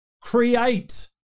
create